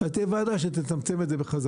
אז תהיה ועדה שתצמצמם את זה בחזרה,